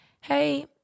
hey